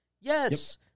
Yes